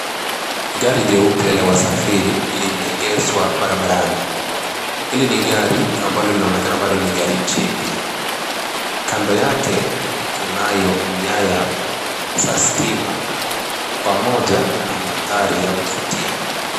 Gari jeupe la wasafiri limeegezwa barabarani. Hili ni gari ambalo linaonekana bado ni gari jipya. Kando yake, kunayo nyaya za stima pamoja na mandhari ya kuvutia.